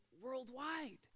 worldwide